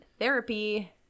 therapy